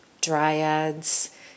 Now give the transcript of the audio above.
dryads